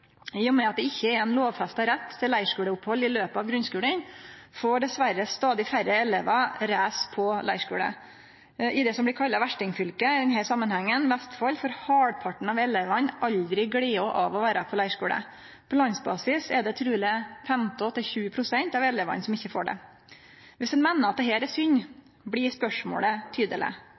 I og med at det ikkje er ein lovfesta rett til leirskuleopphald i løpet av grunnskulen, får dessverre stadig færre elevar reise på leirskule. I det som blir kalla verstingfylket i denne samanhengen – Vestfold – får halvparten av elevane aldri gleda av å vere på leirskule. På landsbasis er det truleg 15–20 pst. av elevane som ikkje får det. Viss ein meiner at dette er synd, blir spørsmålet tydeleg: